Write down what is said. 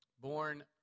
born